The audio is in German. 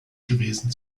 gewesen